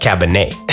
Cabernet